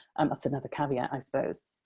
um that's another caveat, i suppose.